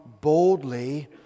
boldly